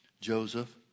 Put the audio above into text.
Joseph